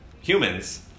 humans